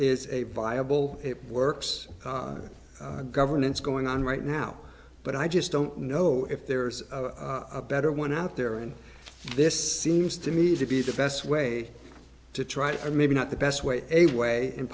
is a viable it works governance going on right now but i just don't know if there's a better one out there and this seems to me to be the best way to try for maybe not the best way a way and